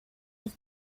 have